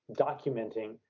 documenting